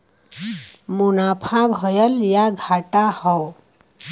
मुनाफा भयल या घाटा हौ